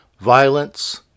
violence